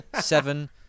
Seven